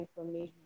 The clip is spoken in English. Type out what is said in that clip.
information